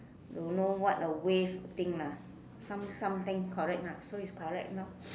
don't know what a wave thing lah some some thing correct ah so is correct lor